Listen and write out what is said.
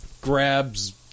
grabs